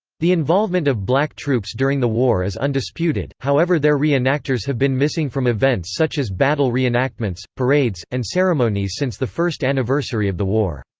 the involvement of black troops during the war is undisputed, however their re-enactors have been missing from events such as battle reenactments, parades, and ceremonies since the first anniversary of the war.